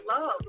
love